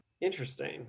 Interesting